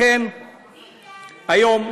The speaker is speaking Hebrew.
לכן, היום,